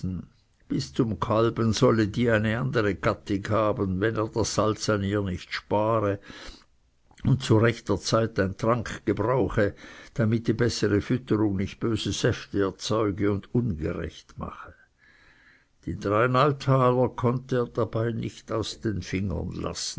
bis zum kalben solle die eine andere gattig haben wenn er das salz an ihr nicht spare und zu rechter zeit ein trank gebrauche damit die bessere fütterung nicht böse säfte erzeuge und ungerecht mache die drei neutaler konnte er dabei nicht aus den fingern